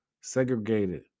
Segregated